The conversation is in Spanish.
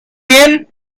bien